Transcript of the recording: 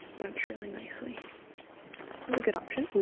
bunch really nicely this is a good option